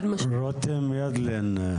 רותם ידלין,